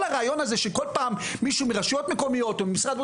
כל הרעיון הזה שכל פעם מישהו מהרשויות אומר ששנת